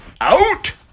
Out